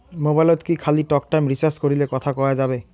মোবাইলত কি খালি টকটাইম রিচার্জ করিলে কথা কয়া যাবে?